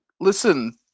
listen